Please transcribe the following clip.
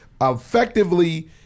effectively